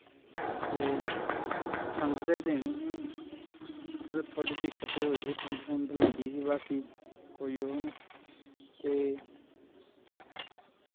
ते ठंड दे दिन हे पर थोह्ड़ी दिक्कत होई ही ठंड ठुंड लग्गी ही बाकी कोई ओह् नी के